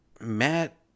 matt